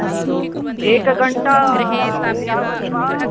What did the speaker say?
अस्तु एकघण्टा यावत् वा